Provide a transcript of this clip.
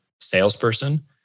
salesperson